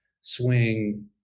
swing